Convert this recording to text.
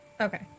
Okay